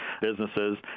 businesses